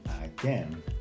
again